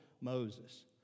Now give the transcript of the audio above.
Moses